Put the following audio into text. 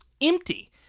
empty